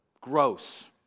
Gross